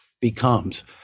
becomes